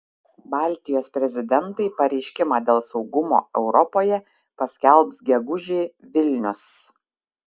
baltijos prezidentai pareiškimą dėl saugumo europoje paskelbs gegužį vilnius